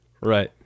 Right